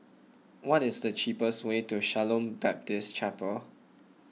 what is the cheapest way to Shalom Baptist Chapel